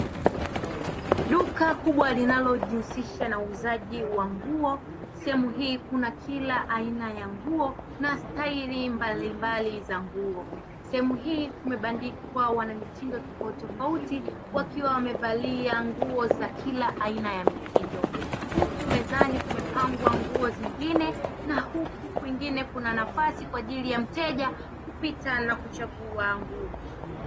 Duka kubwa linalojihusisha na uuzaji wa nguo sehemu hii kuna kila aina ya nguo na staili mbalimbali za nguo sehemu hii kumebandikwa wana mitindo tofauti tofauti wakiwa wamevalia nguo za kila aina ya mitindo huku mezani kumepangwa nguo zingine na huku kwingine kuna nafasi kwa ajili ya mteja kupita na kuchagua nguo hizo.